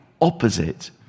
opposite